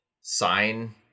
sign